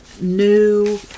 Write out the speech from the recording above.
new